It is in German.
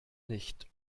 nicht